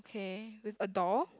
okay with a door